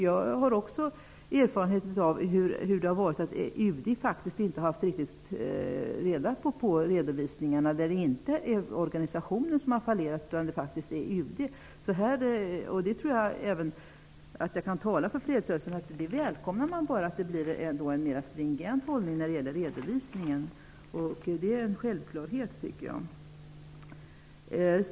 Jag har erfarenhet av hur det har varit. UD har faktiskt inte riktigt haft ordning på redovisningarna. Det finns fall då det inte är organisationerna som har fallerat utan faktiskt UD. Jag tror att jag kan tala för fredsrörelsen när jag säger att en mer stringent hållning när det gäller redovisningen är välkommen. Det är en självklarhet tycker jag.